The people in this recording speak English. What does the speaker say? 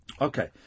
Okay